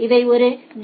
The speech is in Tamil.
இவை ஒரு டி